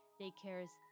daycares